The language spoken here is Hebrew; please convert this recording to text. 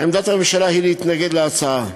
עמדת הממשלה היא להתנגד להצעה.